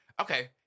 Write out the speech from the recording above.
okay